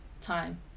time